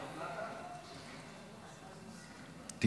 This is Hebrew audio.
9, הוראת שעה, חרבות ברזל),התשפ"ד 2024, נתקבל.